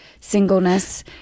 singleness